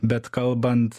bet kalbant